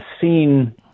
seen